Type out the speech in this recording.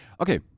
Okay